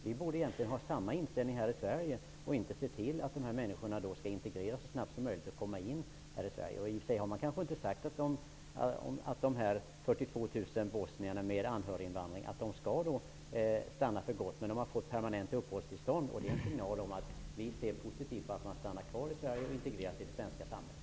Vi borde ha samma inställning här i Sverige, och inte se till att människorna så snabbt som möjligt integreras i det svenska samhället. Man har kanske i och för sig inte sagt att de 42 000 bosnierna med anhöriga skall stanna här för gott. Men de har fått permanenta uppehållstillstånd, och det är en signal om att vi ser positivt på att de stannar kvar i Sverige och integreras i det svenska samhället.